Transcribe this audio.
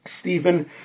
Stephen